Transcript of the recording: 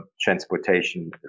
transportation